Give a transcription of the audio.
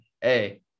hey